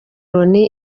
loni